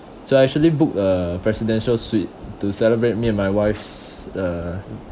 so I actually book a presidential suite to celebrate me and my wife's uh